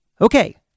Okay